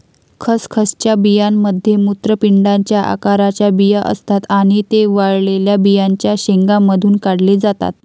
खसखसच्या बियांमध्ये मूत्रपिंडाच्या आकाराचे बिया असतात आणि ते वाळलेल्या बियांच्या शेंगांमधून काढले जातात